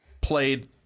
played